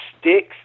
sticks